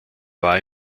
war